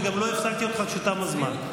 וגם לא הפסקתי אותך כשתם הזמן.